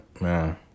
man